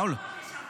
הוא לא אמר.